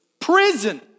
Prison